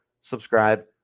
subscribe